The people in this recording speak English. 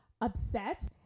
upset